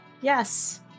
yes